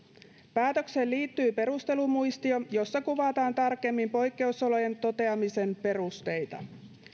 päätökseen liittyy perustelumuistio jossa kuvataan tarkemmin poikkeusolojen toteamisen perusteita